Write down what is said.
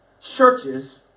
churches